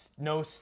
no